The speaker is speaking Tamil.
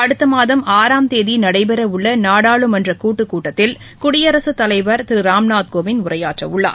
அடுத்த மாதம் ஆறாம் தேதி நடைபெறவுள்ள நாடாளுமன்ற கூட்டுக்கூட்டத்தில் குடியரசுத் தலைவர் திரு ராம்நாத் கோவிந்த் உரையாற்றவுள்ளார்